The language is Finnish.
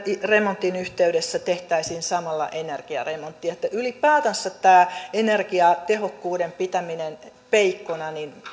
remontin yhteydessä tehtäisiin samalla energiaremonttia ylipäätänsä tätä energiatehokkuuden pitämistä peikkona